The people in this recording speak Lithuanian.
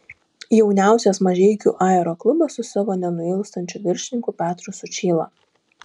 jauniausias mažeikių aeroklubas su savo nenuilstančiu viršininku petru sučyla